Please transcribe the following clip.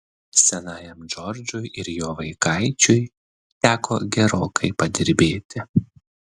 senajam džordžui ir jo vaikaičiui teko gerokai padirbėti